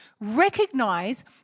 recognize